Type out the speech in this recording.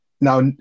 Now